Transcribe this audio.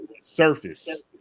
surface